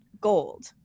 gold